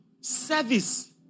service